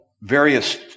various